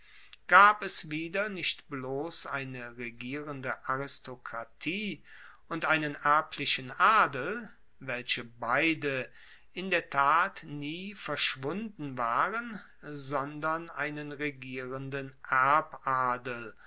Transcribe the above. gab es wieder nicht bloss eine regierende aristokratie und einen erblichen adel welche beide in der tat nie verschwunden waren sondern einen regierenden erbadel